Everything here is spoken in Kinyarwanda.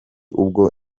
ubwo